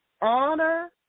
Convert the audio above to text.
Honor